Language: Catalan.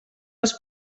els